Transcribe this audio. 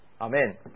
Amen